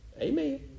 Amen